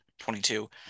22